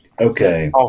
Okay